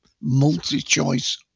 multi-choice